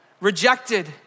rejected